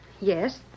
Yes